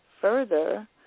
further